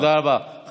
תודה רבה, תודה.